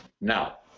now